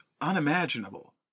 unimaginable